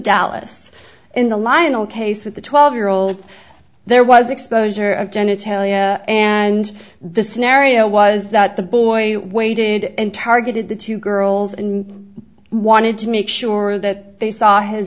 doubtless in the lionel case with the twelve year old there was exposure of genitalia and the scenario was that the boy waited and targeted the two girls and wanted to make sure that they saw his